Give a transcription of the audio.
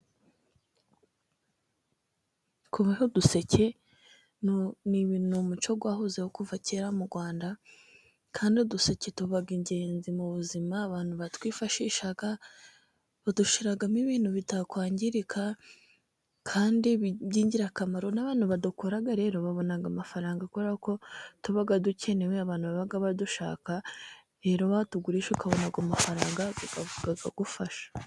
Kuboha uduseke ni umuco wahozeho kuva kera mu Rwanda, kandi uduseke tuba ingenzi mu buzima. Abantu baratwifashisha badushiramo ibintu bitakwangirika kandi by'ingirakamaro. N'abantu badukora rero babona amafaranga, kubera ko tuba dukenewe. Abantu baba badushaka rero batugurisha bakabona ayo mafaranga akagufasha.